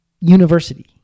university